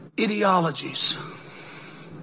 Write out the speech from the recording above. ideologies